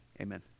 amen